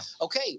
Okay